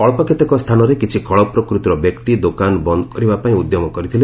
ଅଳ୍ପ କେତେକ ସ୍ଥାନରେ କିଛି ଖଳପ୍ରକୃତିର ବ୍ୟକ୍ତି ଦୋକାନ ବନ୍ଦ କରିବା ପାଇଁ ଉଦ୍ୟମ କରିଥିଲେ